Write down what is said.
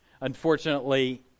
Unfortunately